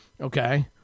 Okay